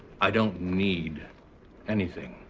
i don't need anything.